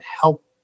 help